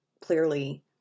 clearly